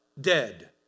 dead